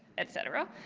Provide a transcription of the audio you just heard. et cetera.